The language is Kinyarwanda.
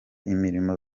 imirimo